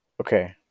okay